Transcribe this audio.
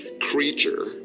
creature